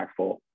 impactful